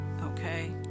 okay